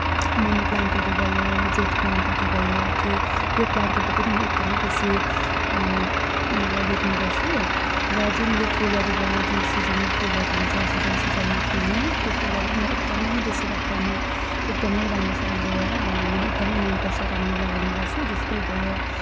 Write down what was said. money प्लान्टहरू भयो jade प्लान्टहरू भयो त्यो यो प्लान्टहरू पनि म एकदमै बेसी रोप्ने गर्छु र जुन यो फुलहरू भयो जुन सिजनल फुलहरू हुन्छ सिजन सिजनमा फुल्ने त्यो फुलहरू पनि म एकदमै बेसी मात्रामा एकदमै राम्रोसँगले मलाई एकदमै मनपर्छ र म लगाउने गर्छु जस्तै भयो